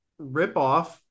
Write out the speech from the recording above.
ripoff